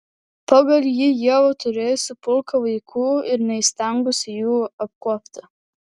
pagal jį ieva turėjusi pulką vaikų ir neįstengusi jų apkuopti